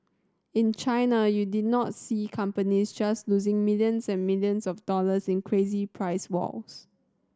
in China you did not see companies just losing millions and millions of dollars in crazy price wars